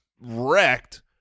wrecked